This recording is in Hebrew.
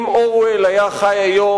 אם אורוול היה חי היום,